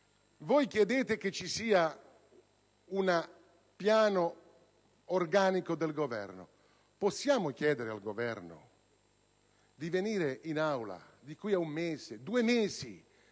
voi chiedete che ci sia un piano organico del Governo, possiamo noi chiedere al Governo di venire in Aula tra un mese o due per